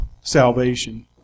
salvation